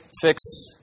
fix